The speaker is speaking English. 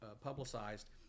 publicized